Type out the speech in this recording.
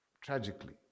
tragically